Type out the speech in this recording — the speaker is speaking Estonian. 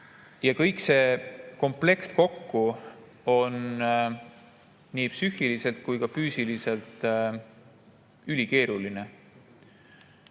Kogu see komplekt kokku on nii psüühiliselt kui ka füüsiliselt ülikeeruline.